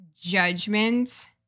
judgment